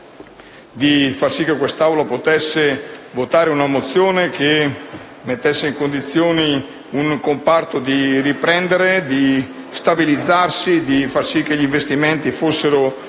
di far sì che quest'Aula potesse votare una mozione che mettesse in condizioni un comparto di riprendersi e di stabilizzarsi e di far sì che gli investimenti siano certi